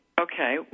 okay